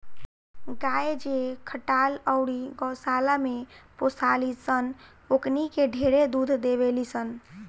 गाय जे खटाल अउरी गौशाला में पोसाली सन ओकनी के ढेरे दूध देवेली सन